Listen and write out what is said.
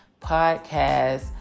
podcast